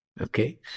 Okay